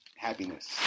happiness